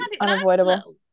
unavoidable